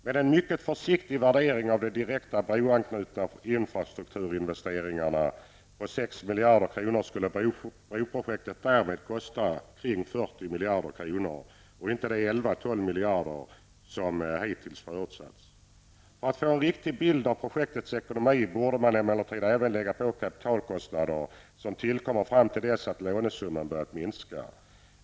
Med en mycket försiktig värdering av de direkt broanknutna infrastrukturinvesteringarna på 6 miljarder kronor skulle broprojektet därmed kosta kring 40 miljarder kronor och inte de 11--12 miljarder kronor som hittills förutsatts. För att få en riktig bild av projektets ekonomi borde man emellertid även lägga på de kapitalkostnader som tillkommer fram till dess att lånesumman börjar minska.